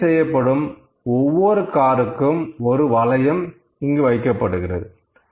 service செய்யப்படும் ஒவ்வொரு காருக்கும் ஒரு வளையம் இங்கு வைக்கப்படுகிறது